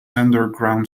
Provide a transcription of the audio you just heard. underground